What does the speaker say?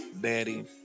daddy